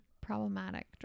problematic